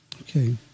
Okay